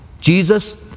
Jesus